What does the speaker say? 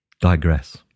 Digress